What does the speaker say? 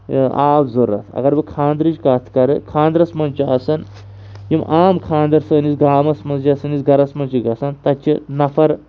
آب ضروٗرَت اگر بہٕ خاندرٕچ کَتھ کَرٕ خاندرَس منٛز چھُ آسان یِم عام خاندَر سٲنِس گامَس منٛز یا سٲنِس گَرَس منٛز چھِ گَژھان تَتہِ چھِ نَفَر